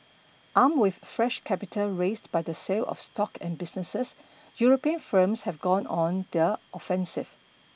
armed with fresh capital raised by the sale of stock and businesses European firms have gone on their offensive